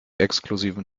exklusiven